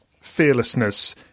fearlessness